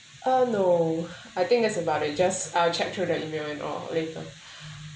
uh no I think that's about it just I'll check through the email and all later